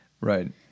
Right